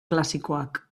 klasikoak